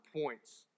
points